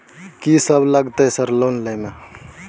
कि सब लगतै सर लोन लय में?